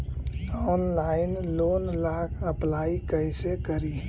Online loan ला apply कैसे करी?